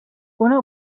una